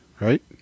right